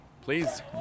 Please